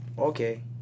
okay